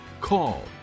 call